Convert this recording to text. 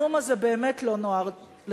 הנאום זה הוא באמת לא נועד לנגח.